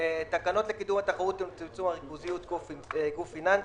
תקנות לקידום התחרות לצמצום הריכוזיות (גוף פיננסי),